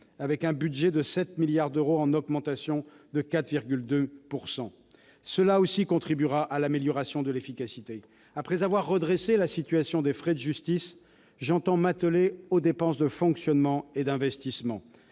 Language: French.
avec un budget de 7 milliards d'euros, en augmentation de 4,2 %. Cela aussi contribuera à l'amélioration de l'efficacité. Après avoir redressé la situation des frais de justice, j'entends m'atteler aux dépenses de fonctionnement et d'investissement.